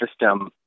system